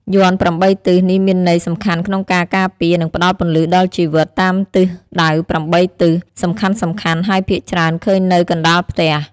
យ័ន្ត ៨ ទិសនេះមានន័យសំខាន់ក្នុងការការពារ និងផ្ដល់ពន្លឺដល់ជីវិត តាមទិសដៅ ៨ ទិសសំខាន់ៗ ហើយភាគច្រើនឃើញនៅកណ្តាលផ្ទះ។